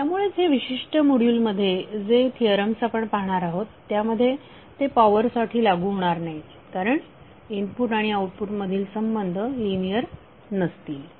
त्यामुळेच या विशिष्ट मॉड्यूल मध्ये जे थिअरम्स आपण पाहणार आहोत त्यामध्ये ते पॉवरसाठी लागू होणार नाही कारण इनपुट आणि आऊटपुट मधील संबंध लिनियर नसतील